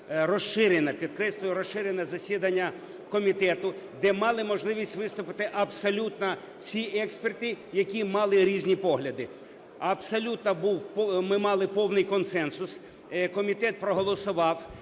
підкреслюю, розширене засідання комітету, де мали можливість виступити абсолютно всі експерти, які мали різні погляди. Абсолютно ми мали повний консенсус. Комітет проголосував